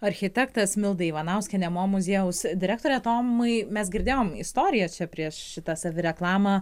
architektas milda ivanauskienė mo muziejaus direktorė tomai mes girdėjom istoriją čia prieš šitą savireklamą